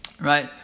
right